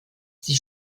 sie